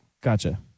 Gotcha